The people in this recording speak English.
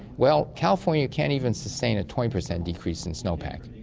well, california can't even sustain a twenty percent decrease in snowpack.